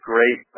Great